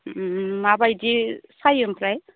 माबायदि सायो ओमफ्राय